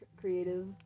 creative